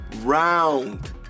round